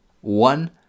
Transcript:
One